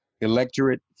electorate